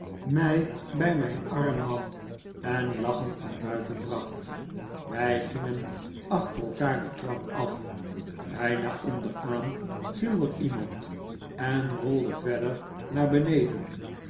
mij bij mijn arm nam en lachend naar buiten bracht wij gingen achter elkaar de trap af bijna onderaan viel er iemand en rolde verder naar beneden